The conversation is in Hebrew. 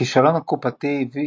הכישלון הקופתי הביא